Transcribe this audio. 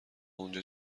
اونجا